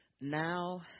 Now